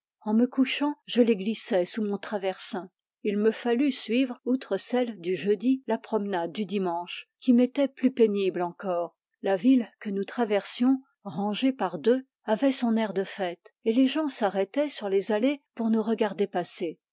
en me couchant je les glissais sous mon traversin il me fallut suivre outre celle du jeudi la promenade du dimanche qui m était plus pénible encore la ville que nous traversions rangés par deux avait son air de fête et les gens s'arrêtaient sur les allées pour nous regarder passer